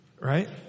Right